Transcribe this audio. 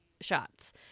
shots